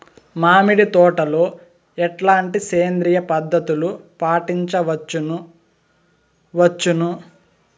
మామిడి తోటలో ఎట్లాంటి సేంద్రియ పద్ధతులు పాటించవచ్చును వచ్చును?